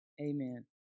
Amen